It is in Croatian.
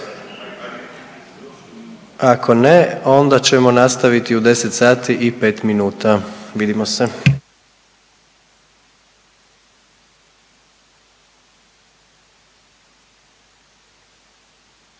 Ako ne, onda ćemo nastaviti u 10 sati i 5 minuta. Vidimo se.